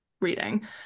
reading